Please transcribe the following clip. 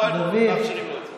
לא היינו מאפשרים את זה.